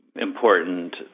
important